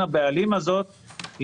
הבעלים